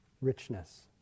richness